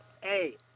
Hey